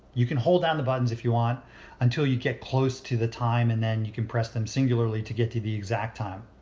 you can hold down the buttons if you want until you get close to the time, and then you can press them singularly to get to the exact time.